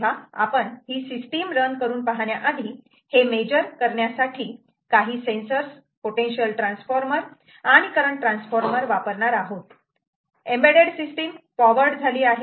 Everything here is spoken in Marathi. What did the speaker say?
तेव्हा आपण ही सिस्टीम रन करून पाहण्याआधी हे मेजर करण्यासाठी काही सेन्सर्स पोटेन्शियल ट्रान्सफॉर्मर आणि करंट ट्रान्सफॉर्मर वापरणार आहोत एम्बेडेड सिस्टीम पॉवर्ड झाली आहे